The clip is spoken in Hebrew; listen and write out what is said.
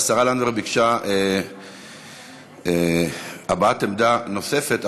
השרה לנדבר ביקשה הבעת עמדה נוספת,